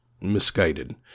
misguided